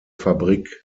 fabrik